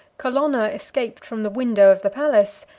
colonna escaped from the window of the palace,